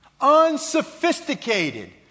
Unsophisticated